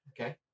Okay